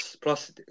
Plus